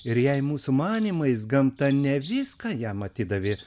ir jei mūsų manymais gamta ne viską jam atidavė